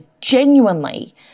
genuinely